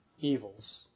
evils